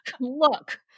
look